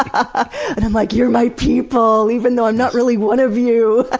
ah ah and i'm like, you're my people! even though i'm not really one of you! ah